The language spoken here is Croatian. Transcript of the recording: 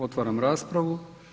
Otvaram raspravu.